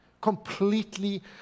Completely